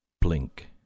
Blink